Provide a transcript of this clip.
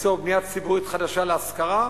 לצורך בנייה ציבורית חדשה להשכרה.